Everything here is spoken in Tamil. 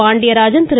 பாண்டியராஜன் திரு